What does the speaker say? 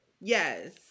Yes